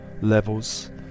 levels